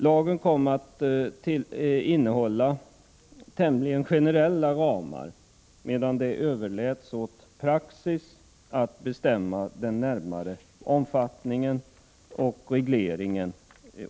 I datalagen angavs tämligen generella ramar, medan det överläts åt praxis att, från fall till fall, bestämma den närmare omfattningen av regleringen.